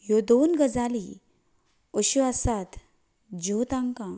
ह्यो दोन गजाली अशो आसात ज्यो तांकां